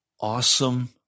awesome